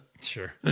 Sure